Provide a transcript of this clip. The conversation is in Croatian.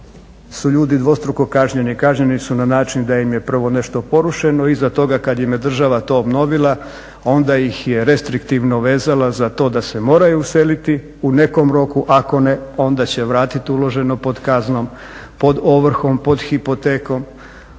su ljudi dvostruko kažnjeni. Kažnjeni su na način da im je prvo nešto porušeno, iza toga kada im je država to obnovila onda ih je restriktivno vezala za to da se moraju useliti u nekom roku ako ne onda će vratiti uloženo pod kaznom, pod ovrhom, pod hipotekom.